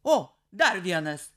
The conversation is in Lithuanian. o dar vienas